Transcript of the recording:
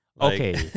Okay